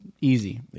Easy